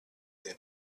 their